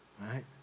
right